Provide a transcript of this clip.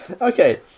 Okay